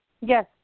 Yes